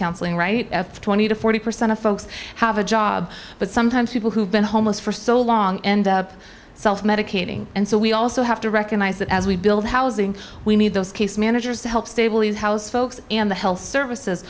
counseling right twenty to forty percent of folks have a job but sometimes people who've been homeless for so long and self medicating and so we also have to recognize that as we build housing we need those case managers to help stabilize house folks and the health services